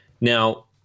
Now